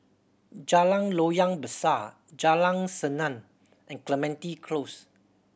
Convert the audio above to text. Jalan Loyang Besar Jalan Senang and Clementi Close